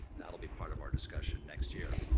that'll be part of our discussion next year.